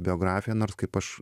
biografiją nors kaip aš